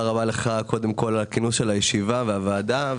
כול, על כינוס הישיבה והוועדה.